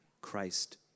Christ